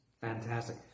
fantastic